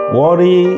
worry